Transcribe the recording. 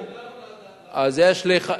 50% איזה הנחה?